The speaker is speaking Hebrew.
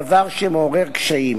דבר שמעורר קשיים.